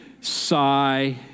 sigh